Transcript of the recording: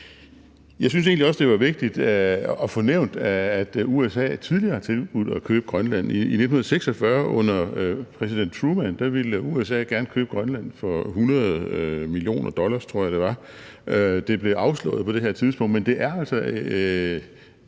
Jeg synes egentlig også, det var vigtigt at få nævnt, at USA tidligere har tilbudt at købe Grønland. I 1946 under præsident Truman ville USA gerne købe Grønland for 100 mio. dollar, tror jeg det var. Det blev afslået på det her tidspunkt, men det er altså